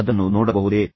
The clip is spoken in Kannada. ನೀವು ಅದನ್ನು ನೋಡಬಹುದೇ